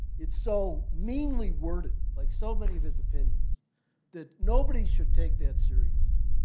it's so meanly worded like so many of his opinions that nobody should take that seriously.